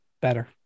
better